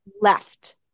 Left